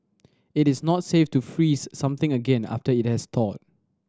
it is not safe to freeze something again after it has thawed